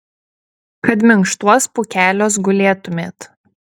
kad minkštuos pūkeliuos gulėtumėt